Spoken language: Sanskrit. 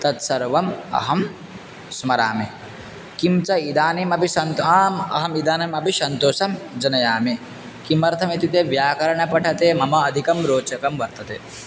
तत्सर्वम् अहं स्मरामि किं च इदानीमपि सन्तोषम् आम् अहम् इदानीमपि सन्तोषं जनयामि किमर्थम् इत्युक्ते व्याकरणपठने मम अधिकं रोचकं वर्तते